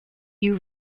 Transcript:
you